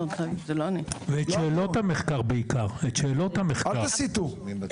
אל תסיטו.